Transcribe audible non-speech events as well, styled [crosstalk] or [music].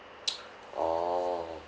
[noise] orh